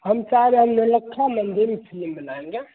हम चाहे रहे हैं हम नौलक्खा मंदिर में फिलिम बनाएँगे